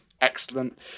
Excellent